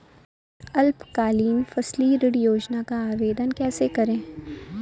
अल्पकालीन फसली ऋण योजना का आवेदन कैसे करें?